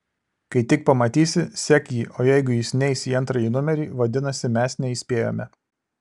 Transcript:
kai tik pamatysi sek jį o jeigu jis neis į antrąjį numerį vadinasi mes neįspėjome